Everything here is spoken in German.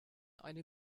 eine